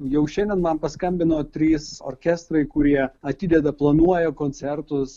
jau šiandien man paskambino trys orkestrai kurie atideda planuoja koncertus